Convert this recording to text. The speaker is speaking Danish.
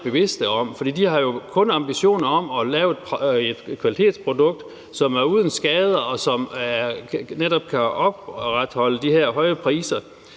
bevidste om. For de har jo kun ambitioner om at lave et kvalitetsprodukt, som er uden skader, og så man netop kan opretholde de her høje priser.